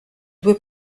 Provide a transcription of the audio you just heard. due